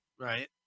Right